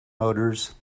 motors